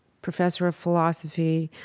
professor of philosophy,